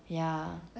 ya